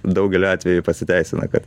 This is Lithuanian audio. daugeliu atvejų pasiteisina kad